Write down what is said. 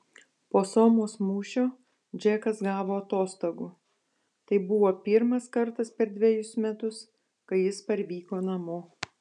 po somos mūšio džekas gavo atostogų tai buvo pirmas kartas per dvejus metus kai jis parvyko namo